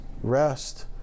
rest